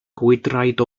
gwydraid